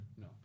No